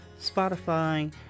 spotify